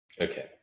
Okay